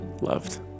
loved